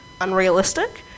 unrealistic